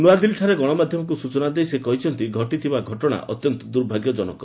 ନୂଆଦିଲ୍ଲୀଠାରେ ଗଣମାଧ୍ୟମକୁ ସୂଚନା ଦେଇ ସେ କହିଛନ୍ତି ଘଟିଥିବା ଘଟଣା ଅତ୍ୟନ୍ତ ଦୂର୍ଭାଗ୍ୟଜନକ